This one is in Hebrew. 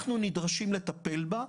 אנחנו נדרשים לטפל בה,